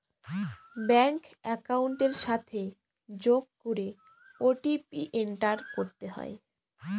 bank একাউন্টের সাথে যোগ করে ও.টি.পি এন্টার করতে হয়